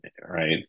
right